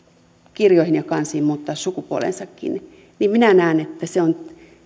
kirjoihin ja kansiin muuttaa sukupuolensakin minä näen että se on